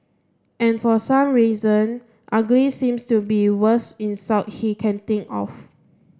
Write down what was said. and for some reason ugly seems to be worst insult he can think of